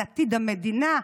על עתיד המדינה,